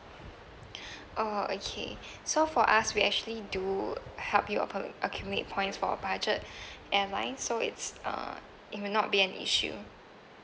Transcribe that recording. uh okay so for us we actually do help you apo~ accumulate points for budget airline so it's uh it will not be an issue